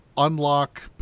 Unlock